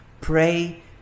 Pray